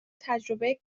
تجربه